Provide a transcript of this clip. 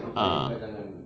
ah